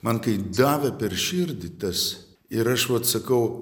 man kai davė per širdį tas ir aš vat sakau